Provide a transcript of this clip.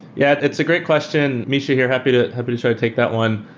yeah, it's a great question. misha here. happy to happy to try to take that one.